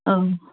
ओं